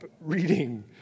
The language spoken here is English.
reading